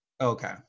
Okay